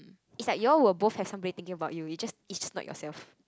is like you all will both have some great thing about you is just is just about yourself